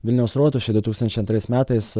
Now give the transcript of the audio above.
vilniaus rotušėj du tūkstančiai antrais metais